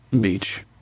beach